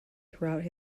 throughout